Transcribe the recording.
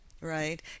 right